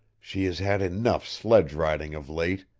she has had enough sledge-riding of late,